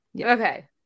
Okay